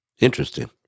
Interesting